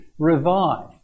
Revive